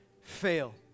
fail